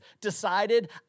decided